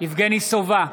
יבגני סובה,